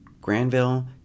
Granville